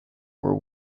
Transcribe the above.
were